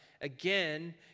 again